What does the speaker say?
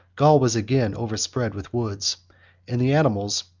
gaul was again overspread with woods and the animals,